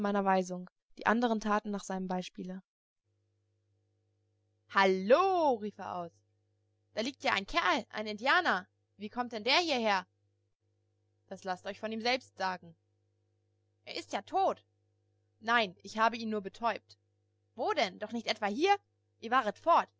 meiner weisung die andern taten nach seinem beispiele hallo rief er aus da liegt ein kerl ein indianer wie kommt der hierher das laßt euch von ihm selbst sagen er ist ja tot nein ich habe ihn nur betäubt wo denn doch nicht etwa hier ihr waret fort